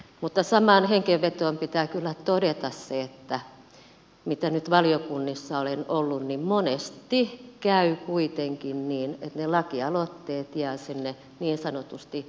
mutta samaan hengenvetoon pitää kyllä todeta se että mitä nyt valiokunnissa olen ollut monesti käy kuitenkin niin että ne lakialoitteet jäävät niin sanotusti sinne hattuhyllylle